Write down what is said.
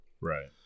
right